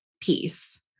peace